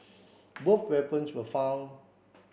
both weapons were found